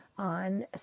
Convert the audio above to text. on